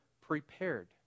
prepared